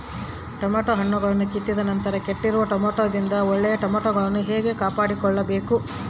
Tomato ಹಣ್ಣುಗಳನ್ನು ಕಿತ್ತಿದ ನಂತರ ಕೆಟ್ಟಿರುವ ಟೊಮೆಟೊದಿಂದ ಒಳ್ಳೆಯ ಟೊಮೆಟೊಗಳನ್ನು ಹೇಗೆ ಕಾಪಾಡಿಕೊಳ್ಳಬೇಕು?